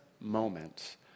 moment